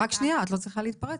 רק שנייה, את לא צריכה להתפרץ.